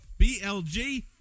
BLG